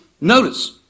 Notice